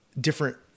different